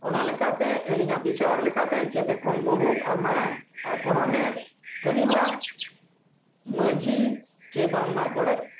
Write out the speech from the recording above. ᱚᱱᱟ ᱞᱮᱠᱟᱛᱮ ᱟᱹᱞᱤᱧᱟᱜ ᱵᱤᱪᱟᱹᱨ ᱞᱮᱠᱟᱛᱮ ᱡᱷᱚᱛᱚ ᱠᱷᱚᱱ ᱢᱩᱬᱩᱫ ᱟᱨ ᱢᱟᱨᱟᱝ ᱟᱨ ᱜᱚᱱᱚᱲᱦᱮᱫ ᱠᱟᱹᱢᱤᱦᱚᱨᱟ ᱢᱟᱺᱡᱷᱤ ᱥᱮ ᱵᱟᱝᱢᱟ ᱜᱚᱰᱮᱛ